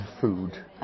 food